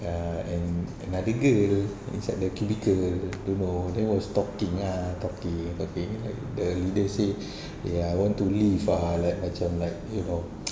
ah and another girl inside the cubicle don't know then was talking ah talking talking like the leader say ya I want to leave ah like macam like you know